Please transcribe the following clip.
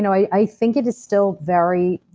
and i think it is still very